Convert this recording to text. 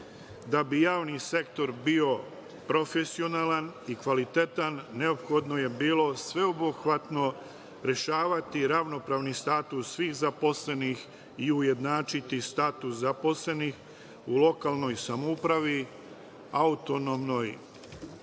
Da bi javni sektor bio profesionalan i kvalitetan, neophodno je bilo sveobuhvatno rešavati ravnopravni status svih zaposlenih i ujednačiti status zaposlenih u lokalnoj samoupravi, AP